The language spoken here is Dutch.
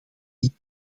niet